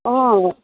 অঁ